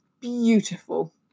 beautiful